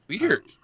Weird